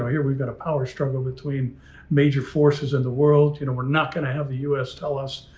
here we've got a power struggle between major forces in the world. you know, we're not gonna have the us tell us,